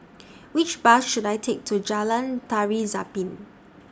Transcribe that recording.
Which Bus should I Take to Jalan Tari Zapin